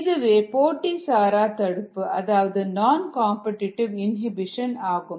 இதுவே போட்டி சாரா தடுப்பு அதாவது நான் காம்படிடிவு இனிபிஷன் ஆகும்